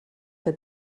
que